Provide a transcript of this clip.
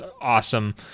awesome